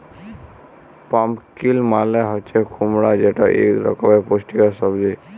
pumpkin মালে হছে কুমড়া যেট ইক রকমের পুষ্টিকর সবজি